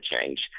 change